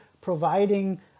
providing